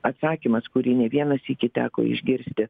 atsakymas kurį ne vieną sykį teko išgirsti